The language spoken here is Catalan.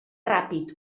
ràpid